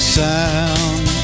sound